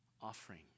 offering